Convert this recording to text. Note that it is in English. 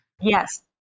yes